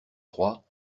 trois